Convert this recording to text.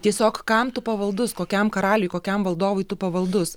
tiesiog kam tu pavaldus kokiam karaliui kokiam valdovui tu pavaldus